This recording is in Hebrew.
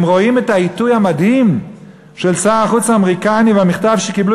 הם רואים את העיתוי המדהים של שר החוץ האמריקני והמכתב שקיבלו